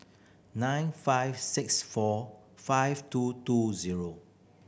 nine five six four five two two zero